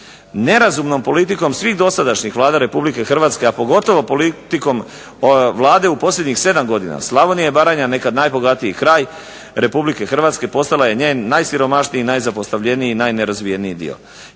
Nerazumnom politikom svih dosadašnjih Vlada Republike Hrvatske, a pogotovo politikom Vlade u posljednjih sedam godina Slavonija i Baranja, nekad najbogatiji kraj Republike Hrvatske postala je njen najsiromašniji i najzapostavljeniji i najnerazvijeniji dio.